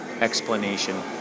explanation